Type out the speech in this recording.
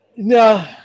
No